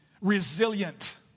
resilient